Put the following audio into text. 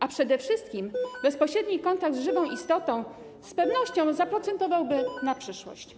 A przede wszystkim bezpośredni kontakt z żywą istotą z pewnością zaprocentowałby na przyszłość.